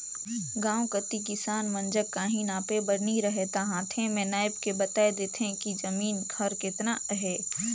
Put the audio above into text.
गाँव कती किसान मन जग काहीं नापे बर नी रहें ता हांथे में नाएप के बताए देथे कि जमीन हर केतना अहे